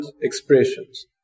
expressions